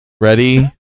Ready